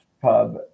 pub